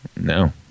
No